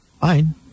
fine